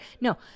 no